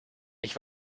ich